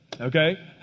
Okay